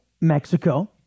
Mexico